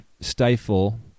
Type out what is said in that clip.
stifle